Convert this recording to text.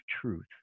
truth